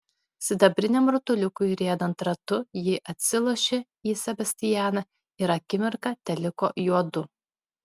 sidabriniam rutuliukui riedant ratu ji atsilošė į sebastianą ir akimirką teliko juodu